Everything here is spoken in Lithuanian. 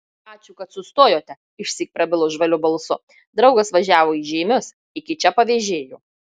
ačiū kad sustojote išsyk prabilo žvaliu balsu draugas važiavo į žeimius iki čia pavėžėjo